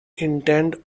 intent